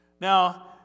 now